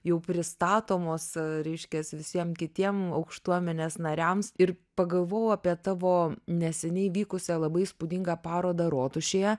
jau pristatomos reiškias visiem kitiem aukštuomenės nariams ir pagalvojau apie tavo neseniai vykusią labai įspūdingą parodą rotušėje